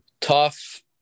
Tough